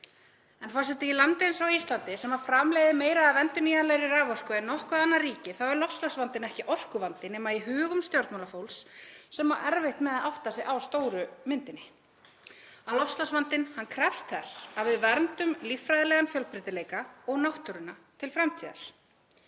Forseti. Í landi eins og Íslandi sem framleiðir meira af endurnýjanlegri raforku en nokkurt annað ríki þá er loftslagsvandinn ekki orkuvandi nema í hugum stjórnmálafólks sem á erfitt með að átta sig á stóru myndinni; að loftslagsvandinn krefst þess að við verndum líffræðilegan fjölbreytileika og náttúruna til framtíðar.